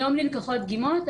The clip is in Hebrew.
היום נלקחו דגימות,